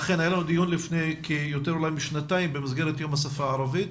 אכן היה לנו דיון לפני כיותר משנתיים במסגרת יום השפה הערבית.